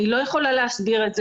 אני לא יכולה להסביר את זה.